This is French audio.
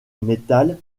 metal